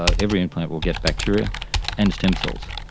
ah every implant will get bacteria and stem cells.